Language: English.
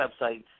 websites